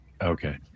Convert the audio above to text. Okay